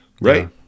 right